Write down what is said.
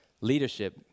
leadership